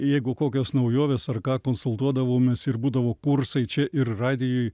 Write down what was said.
jeigu kokios naujovės ar ką konsultuodavomės ir būdavo kursai čia ir radijuj